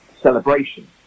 celebration